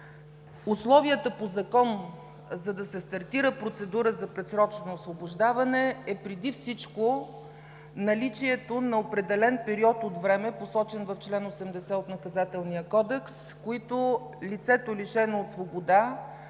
Условията по Закон, за да се стартира процедура за предсрочно освобождаване, е преди всичко наличието на определен период от време, посочен в чл. 80 от Наказателния кодекс, с които лицето, лишено от свобода,